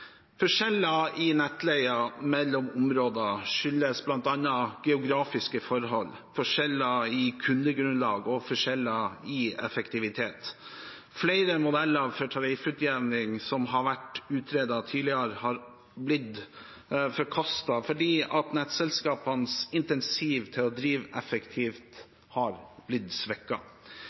Forskjeller i nettleien mellom områder skyldes bl.a. geografiske forhold, forskjeller i kundegrunnlag og forskjeller i effektivitet. Flere modeller for tariffutjevning som har vært utredet tidligere, har blitt forkastet fordi nettselskapenes incentiv til å drive effektivt har blitt